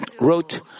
wrote